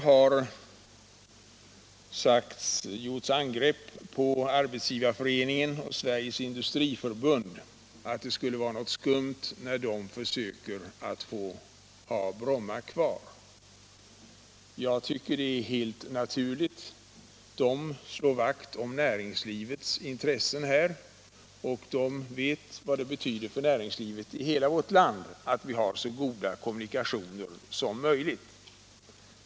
Man har angripit Arbetsgivareföreningen och Sveriges industriförbund och gjort gällande att det skulle vara något skumt när de försöker få ha kvar Bromma. Jag tycker att det är helt naturligt. De slår vakt om näringslivets intressen, och de vet vad det betyder för näringslivet i hela vårt land att vi har så goda kommunikationer som möjligt.